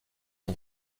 son